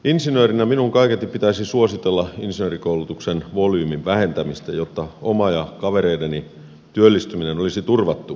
insinöörinä minun kaiketi pitäisi suositella insinöörikoulutuksen volyymin vähentämistä jotta oma ja kavereideni työllistyminen olisi turvattu